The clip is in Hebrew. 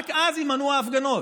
רק אז יימנעו ההפגנות.